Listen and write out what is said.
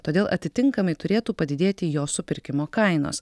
todėl atitinkamai turėtų padidėti jo supirkimo kainos